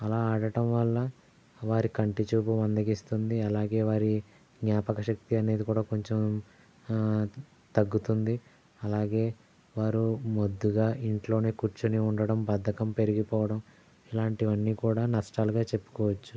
ఆలా ఆడటం వల్ల వారి కంటి చూపు మందగిస్తుంది ఆలాగే వారి జ్ఞాపకశక్తి అనేది కూడా కొంచెం తగ్గుతుంది అలాగే వారు మొద్దుగా ఇంట్లోనే కూర్చొని ఉండటం బద్ధకం పెరిగిపోవటం ఇలాంటివన్నీ కూడా నష్టాలుగా చెప్పుకోవచ్చు